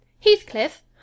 heathcliff